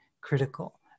critical